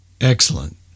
Excellent